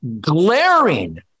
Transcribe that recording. glaring